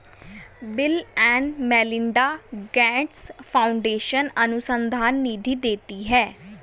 bill and Melinda Gates Foundation अनुसंधान निधि देती है